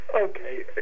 Okay